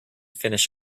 finish